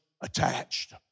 attached